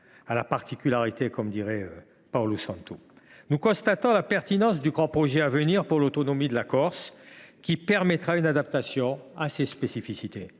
à la particularité, dirait notre collègue Paulu Santu Parigi. Nous constatons donc la pertinence du grand projet à venir pour l’autonomie de la Corse, qui permettra une adaptation à ses spécificités